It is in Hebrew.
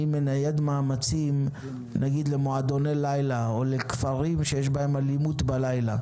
אני מנייד מאמצים למועדוני לילה או לכפרים שיש בהם אלימות בלילה,